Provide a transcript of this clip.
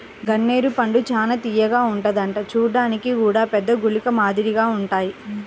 గన్నేరు పండు చానా తియ్యగా ఉంటదంట చూడ్డానికి గూడా పెద్ద గుళికల మాదిరిగుంటాయ్